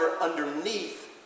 underneath